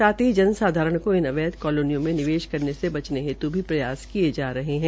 साथ ही जनसाधारण को इन अवैध कॉलोनियों में निवेश करने से बचने हेत् भी प्रयास किये जा रहे हैं